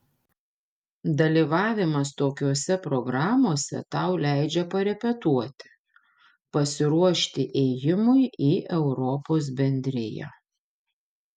dalyvavimas tokiose programose tau leidžia parepetuoti pasiruošti ėjimui į europos bendriją